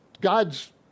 God's